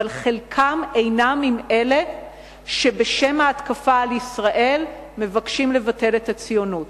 אבל חלקם אינם עם אלה שבשם ההתקפה על ישראל מבקשים לבטל את הציונות.